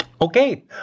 Okay